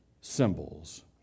symbols